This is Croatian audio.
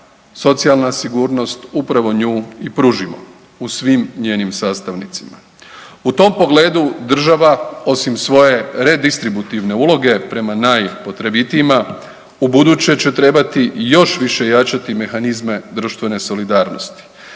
socijalna sigurnost upravo nju i pružimo u svim njenim sastavnicama. U tom pogledu država osim svoje redistributivne uloge prema najpotrebitijima, ubuduće će trebati još više jačati mehanizme društvene solidarnosti